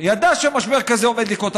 היא ידעה שמשבר כזה עומד לקרות,